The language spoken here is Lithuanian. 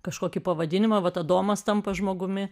kažkokį pavadinimą vat adomas tampa žmogumi